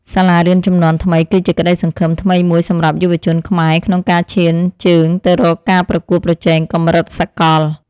សាលារៀនជំនាន់ថ្មីគឺជាក្តីសង្ឃឹមថ្មីមួយសម្រាប់យុវជនខ្មែរក្នុងការឈានទៅរកការប្រកួតប្រជែងកម្រិតសកល។